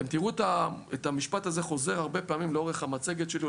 אתם תראו את המשפט הזה חוזר הרבה פעמים לאורך המצגת שלי,